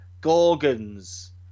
gorgons